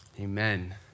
Amen